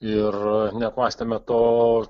ir neapmąstėme to